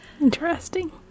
Interesting